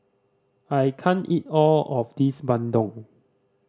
I can't eat all of this bandung